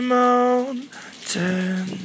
mountain